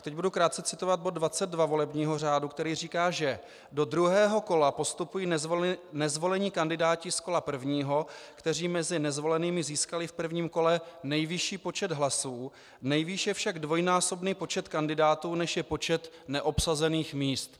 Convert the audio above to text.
Teď budu krátce citovat bod 22 volebního řádu, který říká, že do druhého kola postupují nezvolení kandidáti z kola prvního, kteří mezi nezvolenými získali v prvním kole nejvyšší počet hlasů, nejvýše však dvojnásobný počet kandidátů, než je počet neobsazených míst.